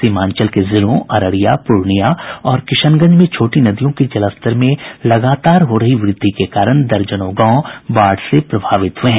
सीमांचल के जिलों अररिया पूर्णिया और किशनगंज में छोटी नदियों के जलस्तर में लगातार हो रही वृद्धि के कारण दर्जनों गांव बाढ़ से प्रभावित हुये हैं